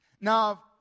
Now